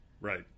right